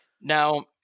Now